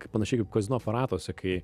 panašiai kaip kazino aparatuose kai